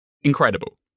incredible